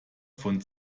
von